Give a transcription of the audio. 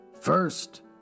First